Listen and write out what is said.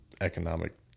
economic